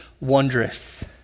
wondrous